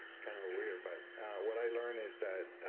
kinda weird but what i learned is that